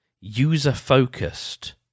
user-focused